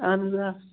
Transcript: اَہَن حظ آ